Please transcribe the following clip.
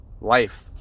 life